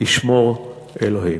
ישמור אלוהים.